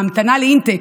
ההמתנה לאינטייק,